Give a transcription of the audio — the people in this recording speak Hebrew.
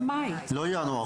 לא עד סוף ינואר.